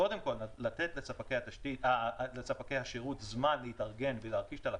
קודם כל כדי לתת לספקי השירות זמן להתארגן ולהנגיש את הלקוחות,